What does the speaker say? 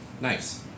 nice